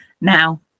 now